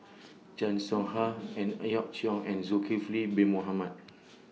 Chan Soh Ha Ang Hiong Chiok and Zulkifli Bin Mohamed